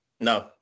No